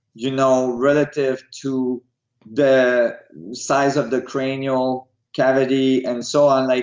you know relative to the size of the cranial cavity and so on. like